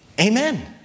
Amen